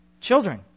Children